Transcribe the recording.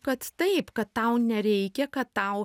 kad taip kad tau nereikia kad tau